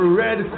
red